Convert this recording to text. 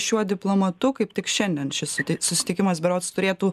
šiuo diplomatu kaip tik šiandien šis susitikimas berods turėtų